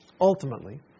Ultimately